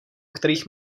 kterých